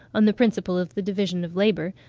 on the principle of the division of labour,